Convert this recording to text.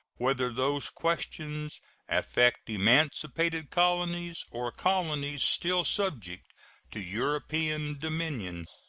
whether those questions affect emancipated colonies or colonies still subject to european dominion.